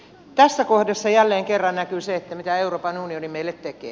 tässä kohdassa jälleen kerran näkyy se mitä euroopan unioni meille tekee